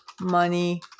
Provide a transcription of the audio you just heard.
money